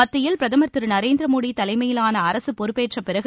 மத்தியில் பிரதமர் திரு நரேந்திர மோடி தலைமையிலான அரசு பொறுப்பேற்ற பிறகு